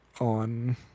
on